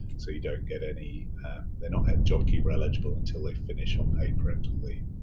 so you don't get any. they're not jobkeeper eligible until they finish on paid parental leave.